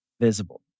visible